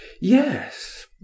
Yes